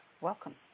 welcome